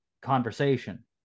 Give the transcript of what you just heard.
conversation